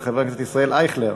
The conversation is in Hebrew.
על חבר הכנסת ישראל אייכלר.